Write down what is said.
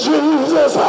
Jesus